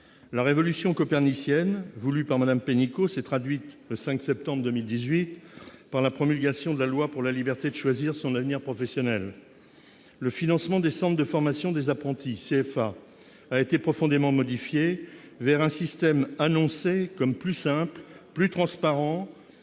La « révolution copernicienne », voulue par Mme Pénicaud, s'est traduite, le 5 septembre 2018, par la promulgation de la loi pour la liberté de choisir son avenir professionnel. Le financement des centres de formation des apprentis, les CFA, a été profondément modifié, en faveur d'un système annoncé comme « plus simple, plus transparent,